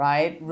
Right